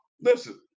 listen